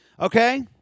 Okay